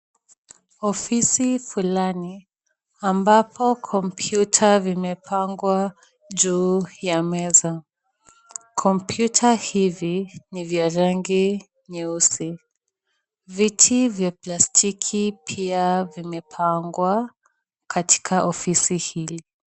Ofisi fulani ambapo kompyuta vimepangwa juu ya meza. Kompyuta hivi ni vya rangi nyeusi. Viti vya plastiki pia vimepangwa katika ofisi hili.